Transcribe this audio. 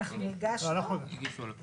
אני רוצה להגיש רוויזיה על כל מה שהם לא הגישו.